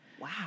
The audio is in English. Wow